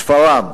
שפרעם,